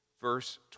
Verse